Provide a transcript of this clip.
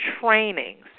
trainings